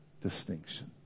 distinction